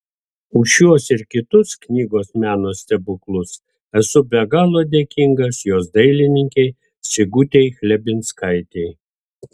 už šiuos ir kitus knygos meno stebuklus esu be galo dėkingas jos dailininkei sigutei chlebinskaitei